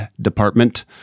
department